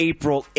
April